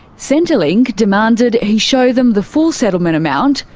centrelink demanded he show them the full settlement amount,